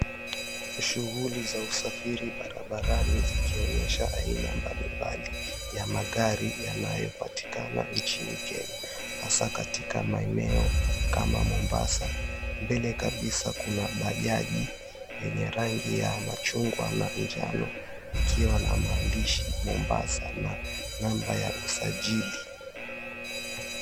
Shughuli za usafiri barabarani zikionyesha aina mbali mbali ya magari yanayopatikana nchini Kenya hasa katika maeneo kama Mombasa. Mbele kabisa kuna bajaji yenye rangi ya machungwa na manjano ikiwa na maandishi "Mombasa" na nambari ya usajili.